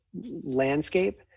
landscape